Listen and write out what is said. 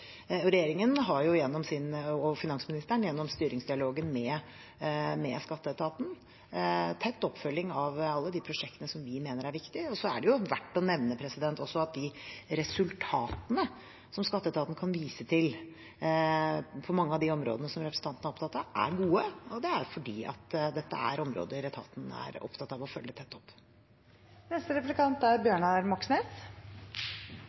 Regjeringen, og finansministeren, har gjennom styringsdialogen med skatteetaten tett oppfølging av alle de prosjektene som vi mener er viktige. Det er også verdt å nevne at de resultatene som skatteetaten kan vise til på mange av de områdene som representanten er opptatt av, er gode, og det er fordi dette er områder etaten er opptatt av å følge tett opp.